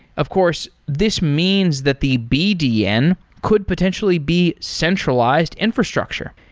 of course, this means that the bdn could potentially be centralized infrastructure.